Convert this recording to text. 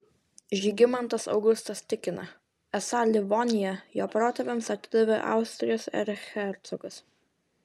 žygimantas augustas tikina esą livoniją jo protėviams atidavė austrijos erchercogas